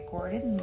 Gordon